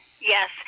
yes